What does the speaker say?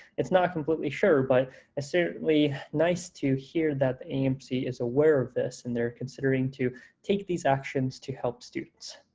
it's not completely sure, but it's certainly nice to hear that aamc is aware of this and they're considering to take these actions to help students.